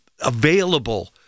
available